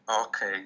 Okay